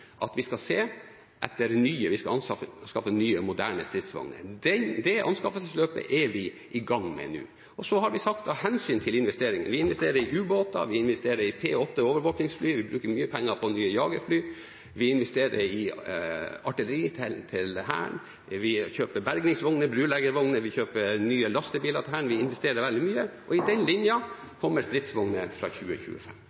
at vi skal se etter nye, vi skal anskaffe nye, moderne stridsvogner. Det anskaffelsesløpet er vi i gang med nå. Og med hensyn til investeringer: Vi investerer i ubåter, vi investerer i P-8 overvåkingsfly, vi bruker mye penger på nye jagerfly, vi investerer i artilleri til Hæren, vi kjøper bergingsvogner og broleggervogner, vi kjøper nye lastebiler til Hæren – vi investerer veldig mye – og i den